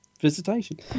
Visitation